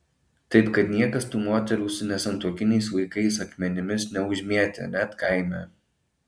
taip kad niekas tų moterų su nesantuokiniais vaikais akmenimis neužmėtė net kaime